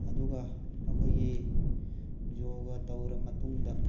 ꯑꯗꯨꯒ ꯑꯩꯈꯣꯏꯒꯤ ꯌꯣꯒꯥ ꯇꯧꯔ ꯃꯇꯨꯡꯗ